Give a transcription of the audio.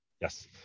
Yes